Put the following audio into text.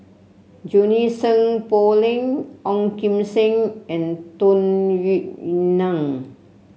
Junie Sng Poh Leng Ong Kim Seng and Tung Yue Nang